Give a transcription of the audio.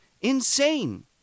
insane